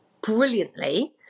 brilliantly